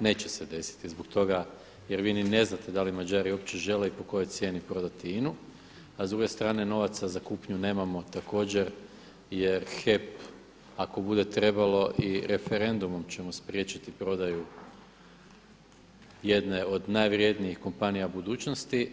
neće se desiti i zbog toga jer vi ni ne znate da li Mađari uopće žele i po kojoj cijeni prodati INA-u, a s druge strane novaca za kupnju nemamo također jer HEP ako bude trebalo i referendumom ćemo spriječiti prodaju jedne od najvrjednijih kompanija budućnosti.